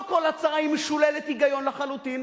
לא כל הצעה היא משוללת היגיון לחלוטין,